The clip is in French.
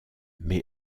mais